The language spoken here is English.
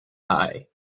eye